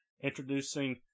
introducing